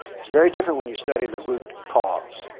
it's very different when you study the root cause.